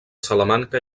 salamanca